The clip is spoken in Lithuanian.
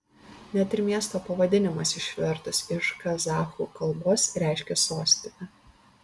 net ir miesto pavadinimas išvertus iš kazachų kalbos reiškia sostinę